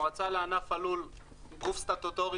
המועצה לענף הלול היא גוף סטטוטורי